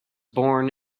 born